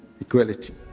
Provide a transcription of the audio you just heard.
equality